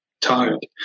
tired